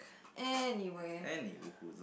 anyway